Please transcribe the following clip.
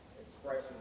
expression